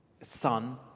son